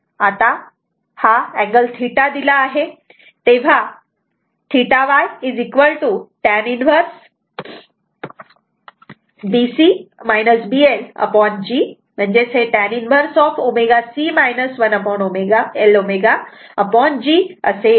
आता अँगल θ दिला आहे तेव्हा θ Y tan 1 G tan 1 ω C 1 L ω G असे येते